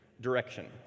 direction